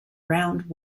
round